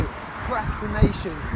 procrastination